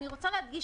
אני רוצה להדגיש,